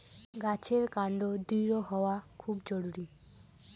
গাছের কান্ড দৃঢ় হওয়া খুব জরুরি